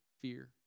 fear